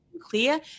clear